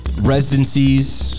residencies